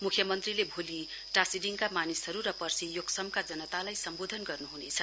मुख्यमन्त्रीले भोलि टाशीडिङका मानिसहरूर पर्सी योक्समका जनतालाई सम्बोधन गर्नु हुनेछ